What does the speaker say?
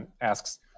asks